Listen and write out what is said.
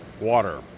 water